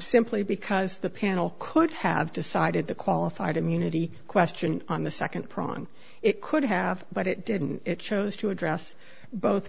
simply because the panel could have decided the qualified immunity question on the second prong it could have but it didn't chose to address both